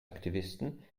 aktivisten